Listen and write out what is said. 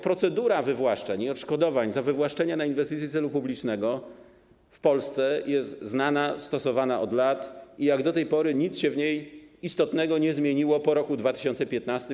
Procedura wywłaszczeń i odszkodowań za wywłaszczenia na inwestycje celu publicznego w Polsce jest znana, stosowana od lat i jak do tej pory nic się w niej istotnego nie zmieniło po roku 2015.